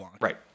right